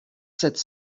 sept